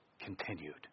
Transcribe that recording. continued